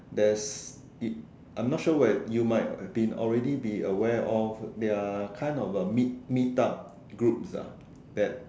there's it I'm not sure whe~ you might been already been aware of there are kind of a meet meet up groups ah that